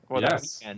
Yes